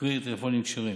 קרי, טלפונים "כשרים".